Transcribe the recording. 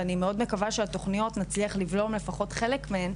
ואני מקווה מאוד שנצליח לבלום לפחות חלק מהתוכניות.